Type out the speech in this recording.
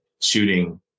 shooting